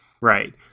Right